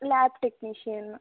lab technician